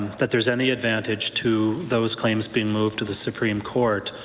but there's any advantage to those claims being moved to the supreme court.